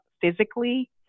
physically